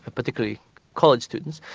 particularly college students,